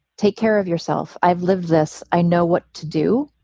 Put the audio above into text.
take care of yourself. i've lived this. i know what to do.